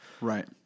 Right